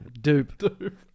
Dupe